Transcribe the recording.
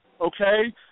okay